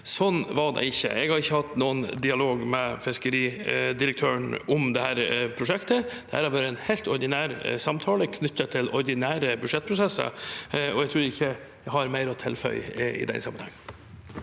Slik var det ikke. Jeg har ikke hatt noen dialog med fiskeridirektøren om dette prosjektet. Dette har vært en helt ordinær samtale knyttet til ordinære budsjettprosesser. Jeg tror ikke jeg har mer å tilføye i denne sammenhengen.